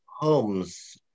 homes